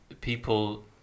people